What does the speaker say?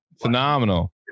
Phenomenal